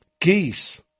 Geese